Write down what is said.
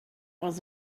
was